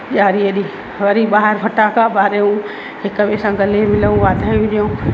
ॾियारीअ ॾींहुं वरी ॿाहिरि फ़टाका बारियूं हिक ॿिए सां गले मिलूं वाधायूं ॾियूं